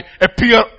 appear